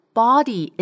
body